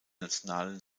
nationalen